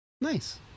Nice